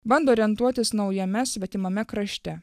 bando orientuotis naujame svetimame krašte